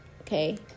okay